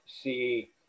see